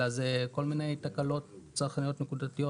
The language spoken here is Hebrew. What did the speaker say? אלא זה כל מיני תקלות צרכניות נקודתיות